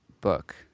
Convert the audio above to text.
book